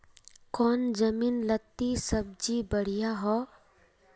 कौन जमीन लत्ती सब्जी बढ़िया हों?